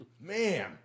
Man